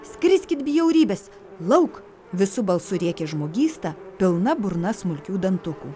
skriskit bjaurybės lauk visu balsu rėkė žmogysta pilna burna smulkių dantukų